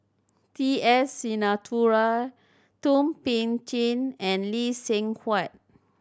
T S Sinnathuray Thum Ping Tjin and Lee Seng Huat